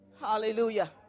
Hallelujah